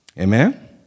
Amen